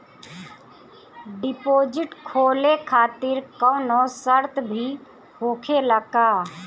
Deposit खोले खातिर कौनो शर्त भी होखेला का?